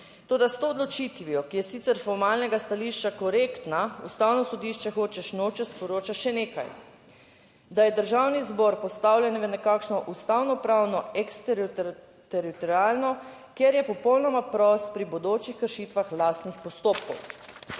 Toda s to odločitvijo, ki je sicer s formalnega stališča korektna, Ustavno sodišče hočeš nočeš sporoča še nekaj; da je Državni zbor postavljen v nekakšno ustavno pravno eksteritorialno, kjer je popolnoma prost pri bodočih kršitvah lastnih postopkov,